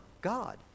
God